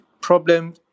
problem